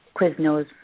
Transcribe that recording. Quiznos